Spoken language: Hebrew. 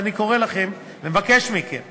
ואני קורא לכם ומבקש מכם